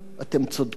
אתם צודקים,